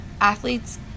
athletes